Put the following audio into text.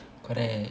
correct